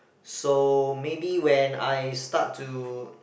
so maybe when I start to